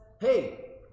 hey